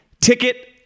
ticket